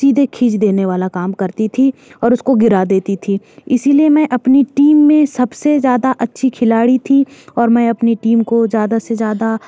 सीधे खीच देने वाला काम करती थी और उसको गिरा देती थी इसीलिए मैं अपनी टीम में सबसे ज़्यादा अच्छी खिलाड़ी थी और मैं अपनी टीम को ज़्यादा से ज़्यादा